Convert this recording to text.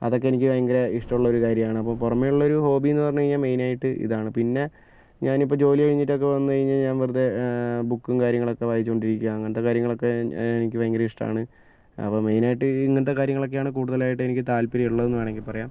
അതൊക്കെയെനിക്ക് ഭയങ്കര ഇഷ്ടമുള്ള ഒരു കാര്യമാണ് അപ്പോൾ പുറമെയുള്ളൊരു ഹോബിയെന്ന് പറഞ്ഞു കഴിഞ്ഞാൽ മെയിനായിട്ട് ഇതാണ് പിന്നെ ഞാനിപ്പോൾ ജോലി കഴിഞ്ഞിട്ടൊക്കെ വന്നു കഴിഞ്ഞു കഴിഞ്ഞാൽ ഞാൻ വെറുതെ ബുക്കും കാര്യങ്ങളൊക്കെ വായിച്ചു കൊണ്ടിരിക്കുക അങ്ങനത്തെ കാര്യങ്ങളൊക്കെ എനിക്ക് ഭയങ്കര ഇഷ്ടമാണ് അപ്പോൾ മെയിനായിട്ട് ഇങ്ങനത്തെ കാര്യങ്ങളൊക്കെയാണ് കൂടുതലായിട്ടും എനിക്ക് താത്പര്യമുള്ളത് എന്നുവേണമെങ്കിൽ പറയാം